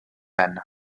men